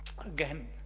again